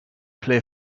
play